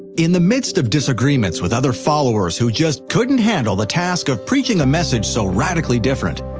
in the midst of disagreements with other followers who just couldn't handle the task of preaching a message so radically different,